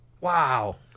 Wow